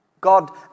God